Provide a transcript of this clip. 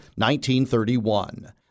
1931